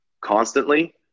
constantly